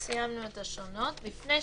אני מציע כפשרה שיהיה כמו שאני אומר, אחת לחודש.